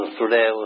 today